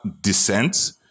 descent